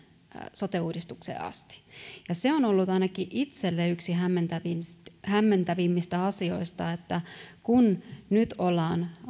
sote uudistukseen asti se on ollut ainakin itselleni yksi hämmentävimmistä asioista että kun nyt ollaan